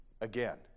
again